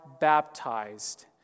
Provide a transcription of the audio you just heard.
baptized